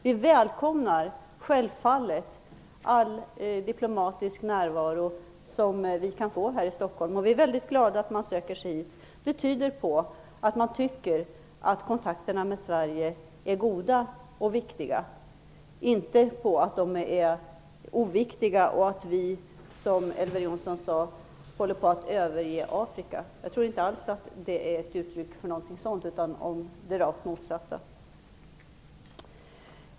Vi välkomnar självfallet all diplomatisk närvaro som vi kan få här i Stockholm, och vi är glada att man söker sig hit. Det tyder på att man tycker att kontakterna med Sverige är goda och viktiga, inte på att de är oviktiga och att vi, som Elver Jonsson påstod, håller på att överge Afrika. Jag tror inte att man tycker det utan det rakt motsatta.